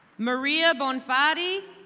maria bonfarie,